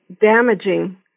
damaging